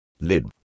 Lib